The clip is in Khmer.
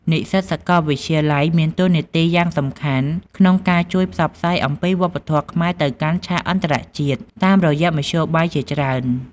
និស្សិតសាកលវិទ្យាល័យមានតួនាទីយ៉ាងសំខាន់ក្នុងការជួយ ផ្សព្វផ្សាយអំពីវប្បធម៌ខ្មែរទៅកាន់ឆាកអន្តរជាតិ តាមរយៈមធ្យោបាយជាច្រើន។